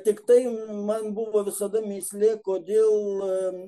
tiktai man buvo visada mįslė kodėl